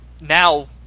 now